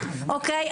אוקיי?